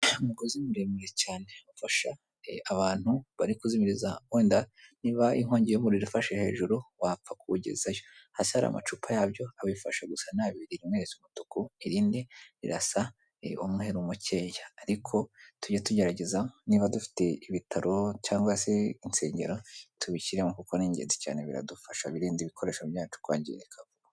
Umugozi muremure cyane ufasha abantu bari kuzimiriza wenda niba inkongi y'umuriro ifashe hejuru wapfa kuwugezayo; hasi hari amacupa yabyo abifashe gusa ni abiri, rimwe risa umutuku irindi rirasa umweru mukeya. Ariko tujye tugerageza niba dufite ibitaro cyangwa se insengero tubishyimo kuko ni ingenzi cyane biradufasha birinda ibikoresho byacu kwangirika vuba.